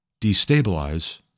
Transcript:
destabilize